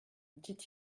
dit